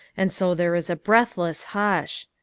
and so there is a breathless hush.